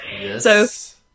yes